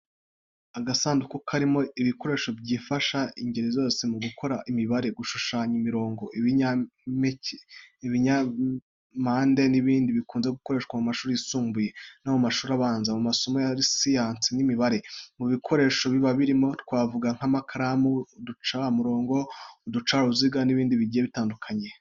Agasanduku karimo ibikoresho bifasha ingeri zose mu gukora imibare, gushushanya imirongo, ibinyampande n’ibindi. Bikunze gukoreshwa mu mashuri yisumbuye no mu mashuri abanza mu masomo ya siyansi n'imibare. Mu bikoresho biba birimo twavuga nk’amakaramu, uducamurongo, uducaruziga n’ibindi bigiye bitandukanye.